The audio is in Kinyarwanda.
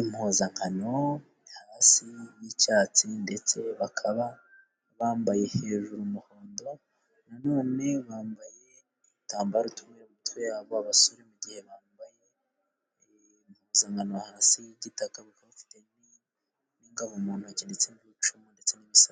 impuzankano hasi y'icyatsi, ndetse bakaba bambaye hejuru umuhondo, nanone bambaye udutambaro turi mu mitwe yabo, abasore mu gihe bambaye impuzankano hasi y'igitaka, bakaba bafite n'ingabo mu ntoki ndetse n'ibicumu ndetse n'imisatsi.